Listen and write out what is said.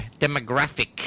demographic